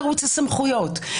מרוץ הסמכויות.